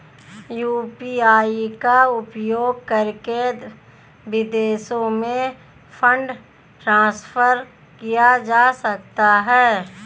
UPI का उपयोग करके विदेशों में फंड ट्रांसफर किया जा सकता है?